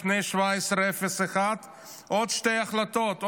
לפני 1701 עוד שתי החלטות,